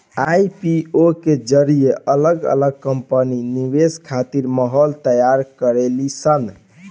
IPO के जरिए अलग अलग कंपनी निवेश खातिर माहौल तैयार करेली सन